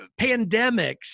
pandemics